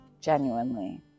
genuinely